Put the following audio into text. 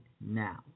now